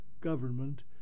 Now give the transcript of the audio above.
government